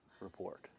report